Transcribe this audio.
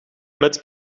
met